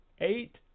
eight